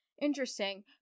interesting